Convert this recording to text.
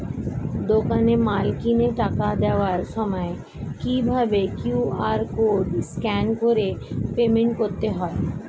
দোকানে মাল কিনে টাকা দেওয়ার সময় কিভাবে কিউ.আর কোড স্ক্যান করে পেমেন্ট করতে হয়?